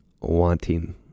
wanting